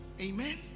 Amen